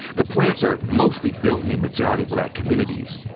the plants are mostly built near majority black communities.